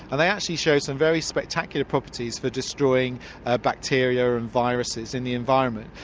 and they actually show some very spectacular properties for destroying bacteria and viruses in the environment.